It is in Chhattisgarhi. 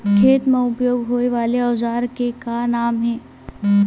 खेत मा उपयोग होए वाले औजार के का नाम हे?